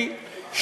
היא,